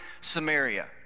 Samaria